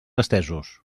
estesos